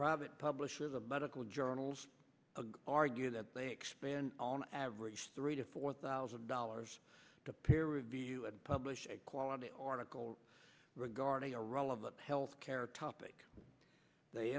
private publishers of medical journals argue that they expand on average three to four thousand dollars to peer review and publish a quality article regarding the role of the health care topic they